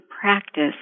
practice